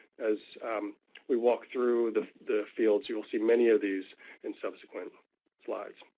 as we walk through the the fields, you'll see many of these in subsequent slides.